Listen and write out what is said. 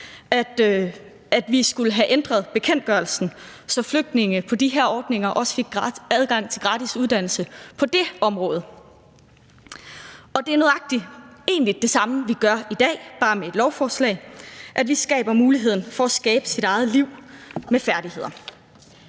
at vi skulle have ændret bekendtgørelsen, så flygtninge på de her ordninger også fik adgang til gratis uddannelse på det område. Og det er egentlig nøjagtig det samme, vi gør i dag, bare med et lovforslag, nemlig at vi skaber muligheden for at skabe sit eget liv med færdigheder.